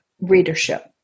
readership